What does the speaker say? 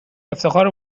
افتخار